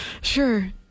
Sure